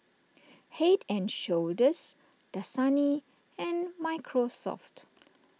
Head and Shoulders Dasani and Microsoft